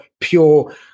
pure